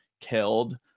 killed